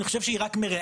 אני חושב שהיא רק מרעה.